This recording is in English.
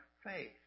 faith